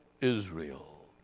Israel